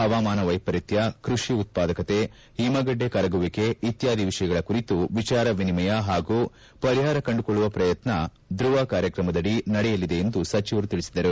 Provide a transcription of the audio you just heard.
ಪವಾಮಾನ ವೈಪರೀತ್ಯ ಕೃಷಿ ಉತ್ಪಾದಕತೆ ಒಮಗಡ್ಡೆ ಕರಗುವಿಕೆ ಇತ್ಕಾದಿ ವಿಷಯಗಳ ಕುರಿತು ವಿಚಾರ ವಿನಿಮಯ ಪಾಗೂ ಪರಿಪಾರ ಕಂಡುಕೊಳ್ಳುವ ಪ್ರಯತ್ನ ಧುವ ಕಾರ್ಯಕ್ತದಡಿ ನಡೆಯಲಿದೆ ಎಂದು ಸಚಿವರು ತಿಳಿಸಿದರು